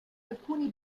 alcuni